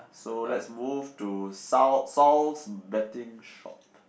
so let's move to south south betting shop